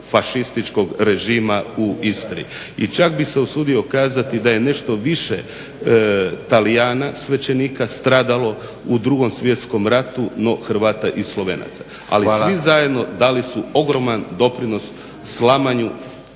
fašističkog režima u Istri. I čak bih se usudio kazati da je nešto više Talijana svećenika stradalo u Drugom svjetskom ratu, no Hrvata i Slovenaca. …/Upadica Leko: Hvala./… Ali svi zajedno dali su ogroman doprinos slamanju